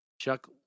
Chuck